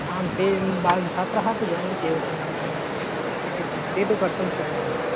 आम् ते बा छात्राः तु जानन्ति एव सङ्गणकान् विषये ते तु कर्तुं शक्नुवन्ति